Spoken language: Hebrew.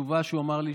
הוא אמר לי,